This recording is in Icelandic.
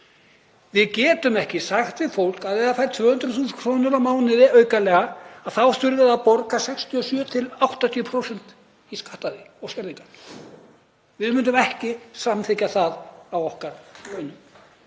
Við getum ekki sagt við fólk að ef það fái 200.000 kr. á mánuði aukalega þurfi það að borga 67–80% í skatta og skerðingar. Við myndum ekki samþykkja það af okkar launum.